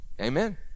Amen